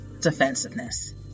defensiveness